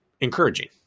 encouraging